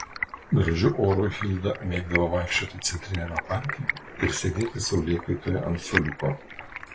gražiu oru hilda mėgdavo vaikščioti centriniame parke ir sėdėti saulėkaitoje ant suoliuko